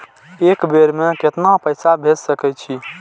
एक बेर में केतना पैसा भेज सके छी?